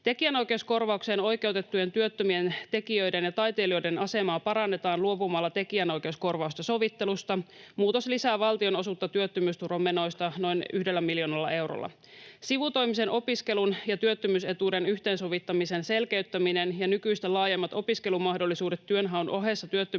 Tekijänoikeuskorvaukseen oikeutettujen työttömien tekijöiden ja taiteilijoiden asemaa parannetaan luopumalla tekijänoikeuskorvausten sovittelusta. Muutos lisää valtionosuutta työttömyysturvamenoista noin 1 miljoonalla eurolla. Sivutoimisen opiskelun ja työttömyysetuuden yhteensovittamisen selkeyttäminen ja nykyistä laajemmat opiskelumahdollisuudet työnhaun ohessa työttömyysetuutta